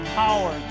power